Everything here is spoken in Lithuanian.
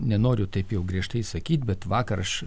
nenoriu taip jau griežtai sakyt bet vakar aš